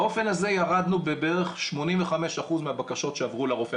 באופן הזה ירדנו בבערך 85% מהבקשות שהועברו לרופא.